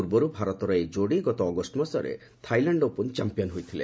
ପୂର୍ବରୁ ଭାରତର ଏହି ଯୋଡ଼ି ଗତ ଅଗଷ୍ଟ ମାସରେ ଥାଇଲାଣ୍ଡ ଓପନ ଚାମ୍ପିୟାନ୍ ହୋଇଥିଲେ